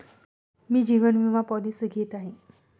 मी जीवन विमा पॉलिसी घेत आहे